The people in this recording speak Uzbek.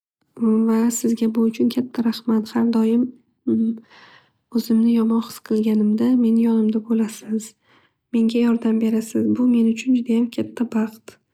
Va sizga bu uchun katta rahmat har doim o'zimni yomon his qilganimda meni yonimda bo'lasiz, menga yordam berasiz. Bu men uchun judayam katta baxt.